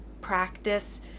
practice